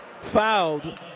fouled